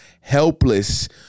helpless